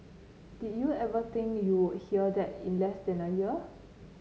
did you ever think you'll hear that in less than a year